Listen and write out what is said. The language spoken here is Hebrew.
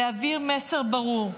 להעביר מסר ברור: